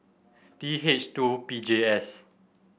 T H two P J S